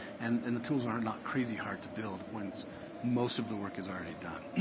and and the tools are not crazy hard to build once most of the work is already done.